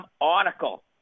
article